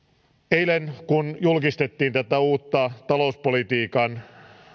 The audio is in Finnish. eilen kun julkistettiin tämä uusi talouspolitiikan